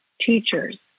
teachers